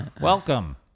Welcome